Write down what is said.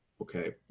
okay